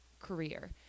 career